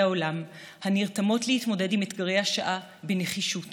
העולם הנרתמות להתמודד עם אתגרי השעה בנחישות